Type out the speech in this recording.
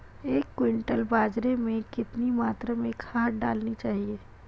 एक क्विंटल बाजरे में कितनी मात्रा में खाद डालनी चाहिए?